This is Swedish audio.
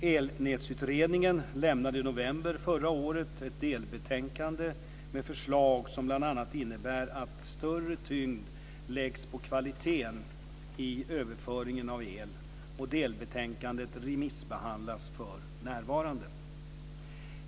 Elnätsutredningen lämnade i november förra året ett delbetänkande med förslag som bl.a. innebär att större tyngd läggs på kvaliteten i överföringen av el. Delbetänkandet remissbehandlas för närvarande.